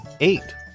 eight